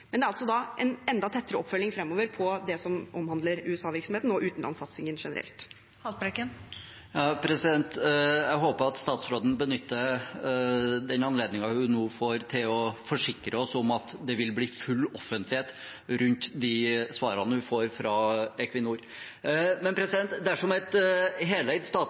Men det er altså en enda tettere oppfølging fremover på det som omhandler USA-virksomheten og utenlandssatsingen generelt. Det blir oppfølgingsspørsmål – først Lars Haltbrekken. Jeg håper at statsråden benytter den anledningen hun nå får, til å forsikre oss om at det vil bli full offentlighet rundt de svarene hun får fra Equinor. Men dersom et